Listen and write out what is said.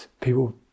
people